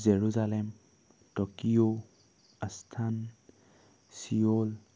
Jerusalem Tokyo আস্থান ছিঅ'ল